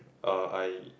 uh I